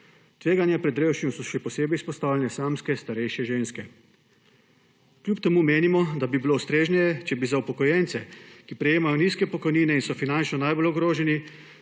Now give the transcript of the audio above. Tveganju pred revščino so še posebej izpostavljene samske starejše ženske. Kljub temu menimo, da bi bilo ustrezneje, če bi za upokojence, ki prejemajo nizke pokojnine in so finančno najbolj ogroženi,